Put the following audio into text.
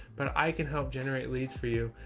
but i can help generate leads for you.